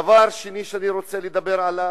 דבר שני שאני רוצה לדבר עליו,